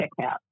checkout